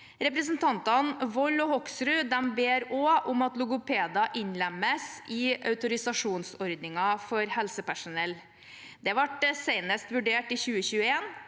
Representantene Wold og Hoksrud ber også om at logopeder innlemmes i autorisasjonsordningen for helsepersonell. Dette ble senest vurdert i 2021.